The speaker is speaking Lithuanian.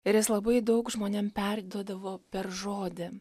ir jis labai daug žmonėm perduodavo per žodį